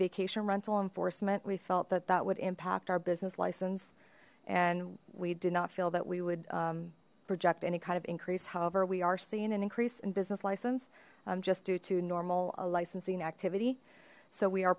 vacation rental enforcement we felt that that would impact our business license and we did not feel that we would project any kind of increase however we are seeing an increase in business license just due to normal a licensing activity so we are